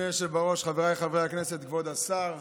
אדוני היושב בראש, חבריי חברי הכנסת, כבוד השר,